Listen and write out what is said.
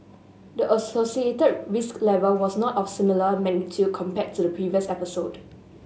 the associated risk level was not of similar magnitude compared to the previous episode